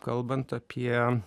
kalbant apie